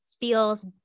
feels